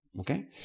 Okay